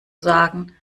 sagen